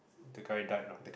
the guy died lah